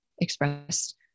expressed